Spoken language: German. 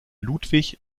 ludwig